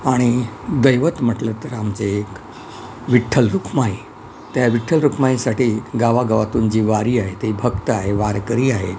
आणि दैवत म्हटलं तर आमचे एक विठ्ठल रुक्माई त्या विठ्ठल रुक्माईसाठी गावागावातून जी वारी आहे ते भक्त आहे वारकरी आहेत